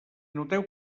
noteu